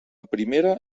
primera